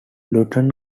luton